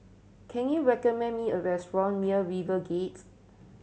can you recommend me a restaurant near RiverGate